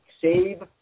save